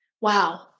Wow